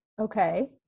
Okay